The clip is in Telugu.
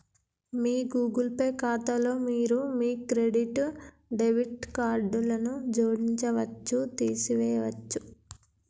మీ గూగుల్ పే ఖాతాలో మీరు మీ క్రెడిట్, డెబిట్ కార్డులను జోడించవచ్చు, తీసివేయచ్చు